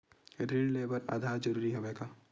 ऋण ले बर आधार जरूरी हवय का?